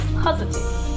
positive